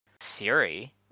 Siri